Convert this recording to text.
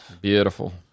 Beautiful